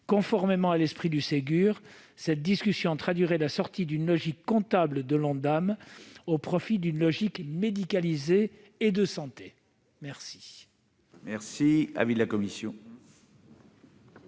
Conformément à l'esprit du Ségur de la santé, cette discussion traduirait la sortie d'une logique comptable de l'Ondam au profit d'une logique médicalisée et de santé. Quel